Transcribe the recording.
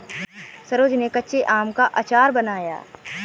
सरोज ने कच्चे आम का अचार बनाया